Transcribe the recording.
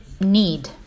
need